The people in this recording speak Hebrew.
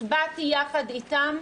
הצבעתי יחד איתם,